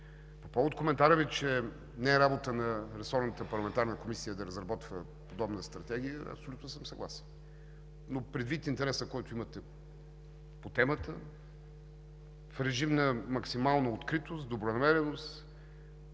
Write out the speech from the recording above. По повод коментара Ви, че не е работа на ресорната парламентарна комисия да разработва подобна стратегия, абсолютно съм съгласен, но предвид интереса, който имате по темата, в режим на максимална откритост, добронамереност,